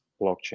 blockchain